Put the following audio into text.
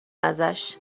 ازش